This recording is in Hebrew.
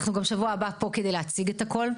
אנחנו גם בשבוע הבא פה כדי להציג את הכול.